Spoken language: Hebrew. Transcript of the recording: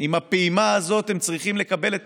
אני מתכבד להביא בפני הכנסת לקריאה שנייה ושלישית